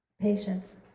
patience